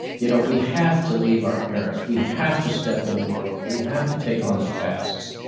you know we have to leave our parents. we have to step in the world. we have to take on the tasks.